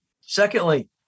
Secondly